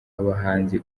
abahanzi